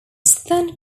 then